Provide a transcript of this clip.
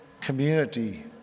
community